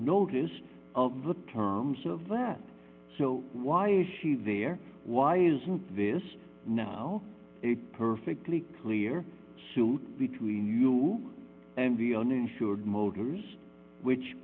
notice of the terms of that so why is she there why isn't this now a perfectly clear suit between you and the uninsured motors which